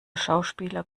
schauspieler